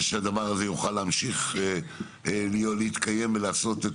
שהדבר הזה יוכל להמשיך להתקיים ולעשות את